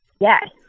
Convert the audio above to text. Yes